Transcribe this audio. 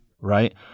right